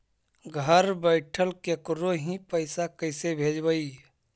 घर बैठल केकरो ही पैसा कैसे भेजबइ?